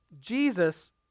Jesus